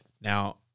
Now